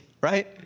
right